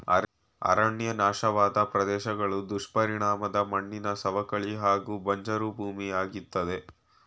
ಅರಣ್ಯ ನಾಶವಾದ್ ಪ್ರದೇಶ್ಗಳು ದುಷ್ಪರಿಣಾಮದ್ ಮಣ್ಣಿನ ಸವಕಳಿ ಹಾಗೂ ಬಂಜ್ರು ಭೂಮಿಯಾಗ್ತದೆ